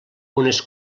unes